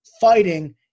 fighting